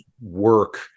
work